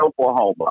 Oklahoma